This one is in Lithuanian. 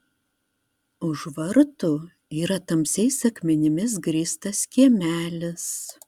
už vartų yra tamsiais akmenimis grįstas kiemelis